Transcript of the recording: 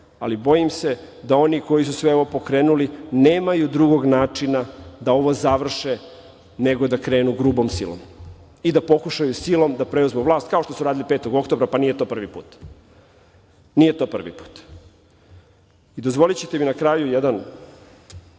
ali bojim se da oni koji su sve ovo pokrenuli, nemaju drugog načina da ovo završe nego da krenu grubom silom i da pokušaju silom da preuzmu vlast, kao što su radili 5. oktobra, pa nije to prvi put. Dozvolićete mi na kraju jedan